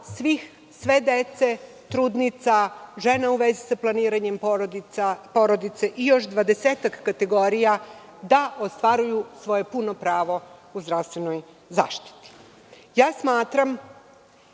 pravo sve dece, trudnica, žena u vezi sa planiranjem porodice i još 20-ak kategorija da ostvaruju svoje puno pravo u zdravstvenoj zaštiti? Imam